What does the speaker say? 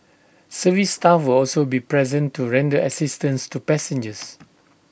service staff will also be present to render assistance to passengers